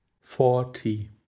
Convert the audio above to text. forty